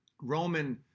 Roman